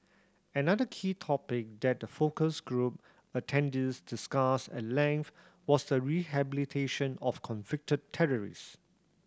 another key topic that the focus group attendees discussed at length was the rehabilitation of convicted terrorist